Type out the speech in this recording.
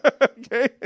Okay